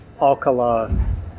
Alcala